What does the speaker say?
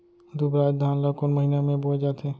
दुबराज धान ला कोन महीना में बोये जाथे?